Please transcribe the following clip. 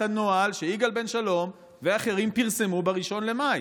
הנוהל שיגאל בן שלום ואחרים פרסמו ב-1 במאי?